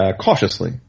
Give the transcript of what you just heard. Cautiously